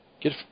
Get